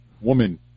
woman